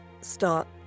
start